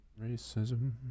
Racism